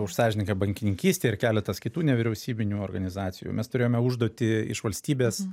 už sąžiningą bankininkystę ir keletas kitų nevyriausybinių organizacijų mes turėjome užduotį iš valstybės